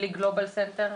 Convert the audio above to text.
בלי גלובל סנטר,